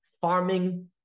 farming